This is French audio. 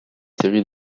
séries